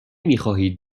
میخواهید